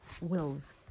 wills